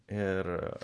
ir a